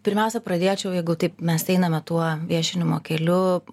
pirmiausia pradėčiau jeigu taip mes einame tuo viešinimo keliu